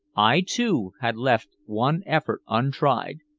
i too had left one effort untried,